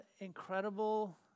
incredible